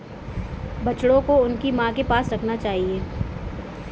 बछड़ों को उनकी मां के पास रखना चाहिए